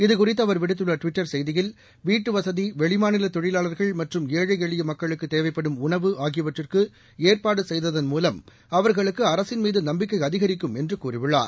இது குறித்து அவர் விடுத்துள்ள டுவிட்டர் செய்தியில் வீட்டுவசதி வெளிமாநில தொழிலாளர்கள் மற்றும் ஏழை எளிய மக்களுக்கு தேவைப்படும் உணவு ஆகியவற்றுக்கு ஏற்பாடு செய்ததன் மூலம் அவர்களுக்கு அரசின் மீது நம்பிக்கை அதிகரிக்கும் என்று கூறியுள்ளார்